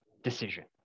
decision